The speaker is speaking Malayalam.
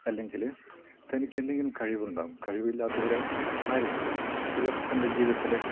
അല്ലങ്കിൽ തനിക്ക് എന്തെങ്കിലും കഴിവുണ്ടാകും കഴിവില്ലാത്തവരായി ആരുമില്ല ചിലർ തൻ്റെ ജീവിതത്തിലെ